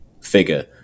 figure